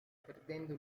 perdendo